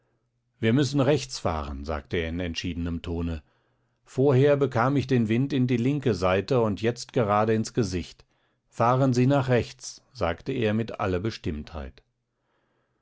wir müssen rechts fahren sagte er in entschiedenem tone vorher bekam ich den wind in die linke seite und jetzt gerade ins gesicht fahren sie nach rechts sagte er mit aller bestimmtheit